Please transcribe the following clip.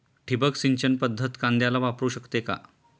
ठिबक सिंचन पद्धत कांद्याला वापरू शकते का?